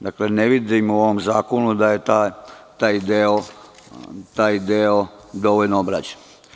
Dakle, ne vidim u ovom zakonu da je taj deo dovoljno obrađen.